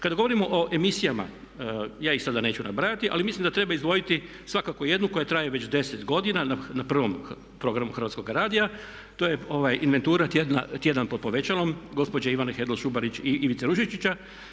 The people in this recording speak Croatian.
Kada govorimo o emisijama, ja ih sada neću nabrajati ali mislim da treba izdvojiti svakako jednu koja traje već 10 godina na prvom programu Hrvatskoga radija, to je Inventura - tjedan pod povećalom gđe. Ivane Hedl Šubarić i Ivice Ružičića.